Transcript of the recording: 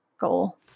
goal